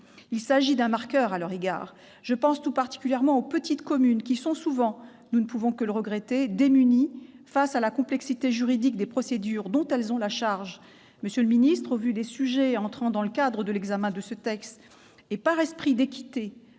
Il s'agit d'un marqueur à leur égard. Je pense tout particulièrement aux petites communes, qui sont souvent- nous ne pouvons que le regretter -démunies face à la complexité juridique des procédures dont elles ont la charge. Monsieur le secrétaire d'État, au vu des sujets entrant dans le cadre de l'examen de ce texte, et par esprit d'équité,